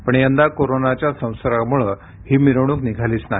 पण यंदा कोरोनाच्या संसर्गामुळे मिरवणूक निघाली नाही